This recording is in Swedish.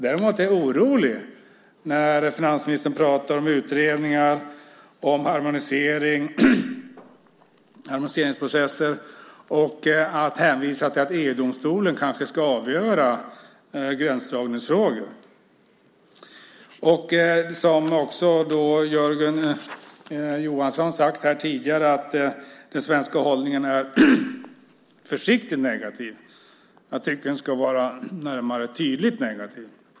Däremot är jag orolig när finansministern talar om utredningar, harmonisering, harmoniseringsprocesser och när han hänvisar till att EU-domstolen kanske ska avgöra gränsdragningsfrågor. Den svenska hållningen är, som också Jörgen Johansson sagt här tidigare, försiktigt negativ. Jag tycker att den ska vara närmare tydligt negativ.